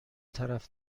طرف